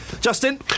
Justin